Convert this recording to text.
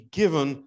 given